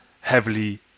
heavily